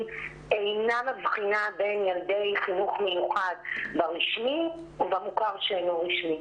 אינה מבחינה בין ילדי חינוך מיוחד ברשמי ובמוכר שאינו רשמי.